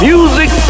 Music